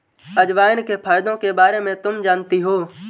अजवाइन के फायदों के बारे में तुम जानती हो?